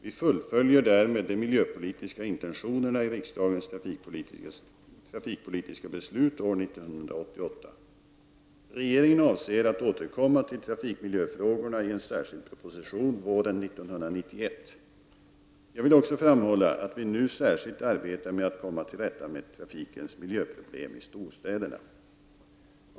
Vi fullföljer därmed de miljöpolitiska intentionerna i riksdagens trafikpolitiska beslut från år 1988. Regeringen avser att återkomma till trafikmiljöfrågorna i en särskild proposition våren 1991. Jag vill också framhålla att vi nu särskilt arbetar med att komma till rätta med trafikens miljöproblem i storstäderna.